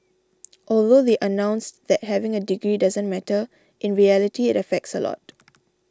although they announced that having a degree doesn't matter in reality it affects a lot